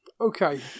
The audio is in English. Okay